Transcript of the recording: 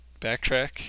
backtrack